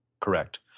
correct